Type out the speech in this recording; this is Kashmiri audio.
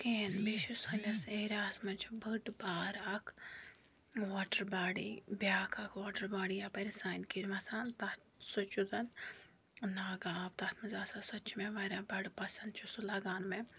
کِہیٖنۍ بیٚیہِ چھُ سٲنِس ایریاہَس منٛز چھِ بٔڑۍ بار اَکھ واٹَر باڈی بیاکھ اَکھ واٹَر باڈی یَپَٲرۍ سانہِ کِنۍ وَسان تَتھ سُہ چھُ زَن ناگہٕ آب تَتھ منٛز آسان سۄ تہِ چھُ مےٚ واریاہ بَڑٕ پَسٛنٛد چھُ سُہ لَگان مےٚ